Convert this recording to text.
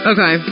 Okay